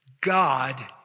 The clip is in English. God